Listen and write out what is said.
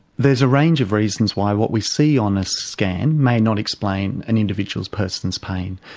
there's a range of reasons why what we see on a scan may not explain an individual person's pain.